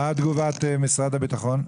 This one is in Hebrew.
מה תגובת משרד הביטחון?